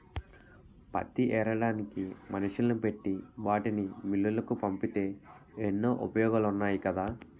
పత్తి ఏరడానికి మనుషుల్ని పెట్టి వాటిని మిల్లులకు పంపితే ఎన్నో ఉపయోగాలున్నాయి కదా